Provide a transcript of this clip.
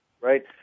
right